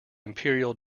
imperial